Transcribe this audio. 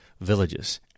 villages